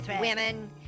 women